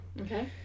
okay